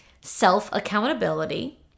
self-accountability